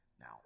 Now